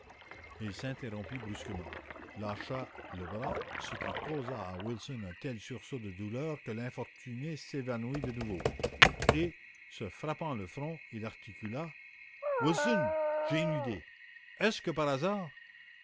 il s'interrompit brusquement lâcha le bras ce qui causa à wilson un tel sursaut de douleur que l'infortuné s'évanouit de nouveau et se frappant le front il articula wilson j'ai une idée est-ce que par hasard